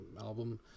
album